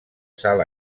sal